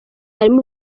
harimo